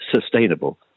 sustainable